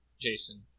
Jason